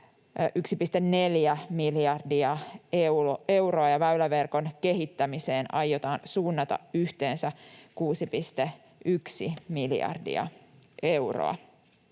1,4 miljardia euroa, ja väyläverkon kehittämiseen aiotaan suunnata yhteensä 6,1 miljardia euroa.